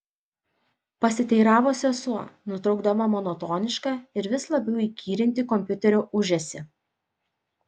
pasiteiravo sesuo nutraukdama monotonišką ir vis labiau įkyrintį kompiuterio ūžesį